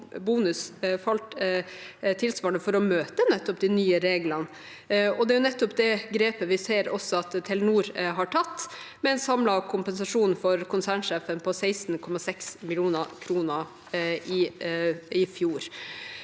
tilsvarende for å møte de nye reglene. Det er nettopp det grepet vi ser at også Telenor har tatt, med en samlet kompensasjon for konsernsjefen på 16,6 mill. kr i fjor.